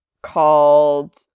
called